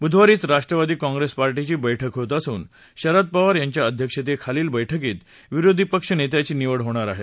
बुधवारी राष्ट्रवादी काँप्रेस पाटींची बैठक होत असून शरद पवार यांच्या अध्यक्षतेखालील बैठकीत विरोधी पक्षनेत्याची निवड होणार आहे